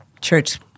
Church